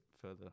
further